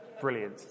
Brilliant